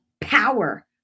power